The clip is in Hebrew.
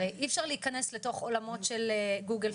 הרי אי אפשר להיכנס לתוך עולמות של גוגל,